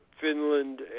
Finland